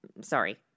Sorry